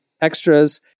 extras